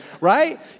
right